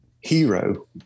Hero